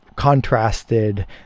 contrasted